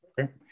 Okay